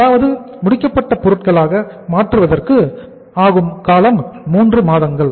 அதாவது முடிக்கப்பட்ட பொருட்களாக மாற்றுவதற்கு ஆகும் காலம் 3 மாதங்கள்